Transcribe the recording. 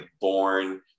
born